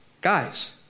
Guys